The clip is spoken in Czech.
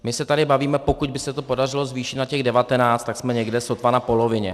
My se tady bavíme, pokud by se to podařilo zvýšit na těch 19, tak jsme někde sotva na polovině.